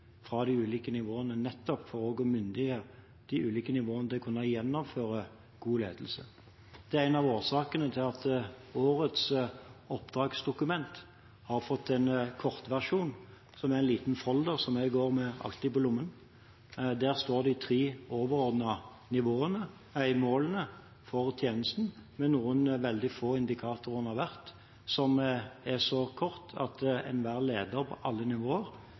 fra de ulike nivåene, nettopp for å myndiggjøre de ulike nivåene til å kunne gjennomføre god ledelse. Det er en av årsakene til at årets oppdragsdokument har fått en kortversjon, som er en liten folder som jeg alltid går med på lommen. Der står de tre overordnede målene for tjenesten med noen veldig få indikatorer under hvert mål, som er så kort at enhver leder på alle nivåer